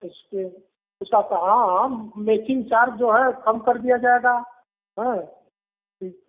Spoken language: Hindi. इसके हिसाब पर हाँ हम मैकिंग चार्ज जो है कम कर दिया जाएगा हँ ठीक